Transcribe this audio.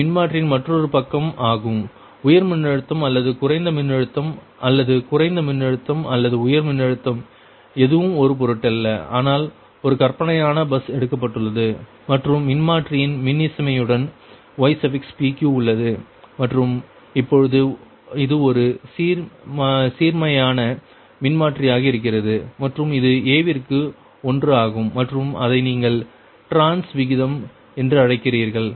இது மின்மாற்றியின் மற்றொரு பக்கம் ஆகும் உயர் மின்னழுத்தம் அல்லது குறைந்த மின்னழுத்தம் அல்லது குறைந்த மின்னழுத்தம் அல்லது உயர் மின்னழுத்தம் எதுவும் ஒரு பொருட்டல்ல ஆனால் ஒரு கற்பனையான பஸ் எடுக்கப்பட்டுள்ளது மற்றும் மின்மாற்றியின் மின்னிசைமையுடன் ypq உள்ளது மற்றும் இப்பொழுது இது ஒரு சீர்மையான மின்மாற்றியாக இருக்கிறது மற்றும் இது a விற்கு ஒன்று ஆகும் மற்றும் அதை நீங்கள் ட்ரான்ஸ் விகிதம் என்று அழைக்கிறீர்கள்